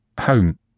Home